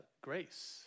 grace